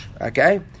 Okay